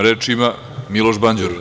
Reč ima Miloš Banđur.